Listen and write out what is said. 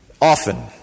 Often